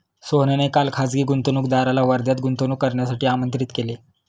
सोहनने काल खासगी गुंतवणूकदाराला वर्ध्यात गुंतवणूक करण्यासाठी आमंत्रित केले